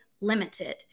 limited